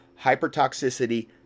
hypertoxicity